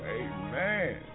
amen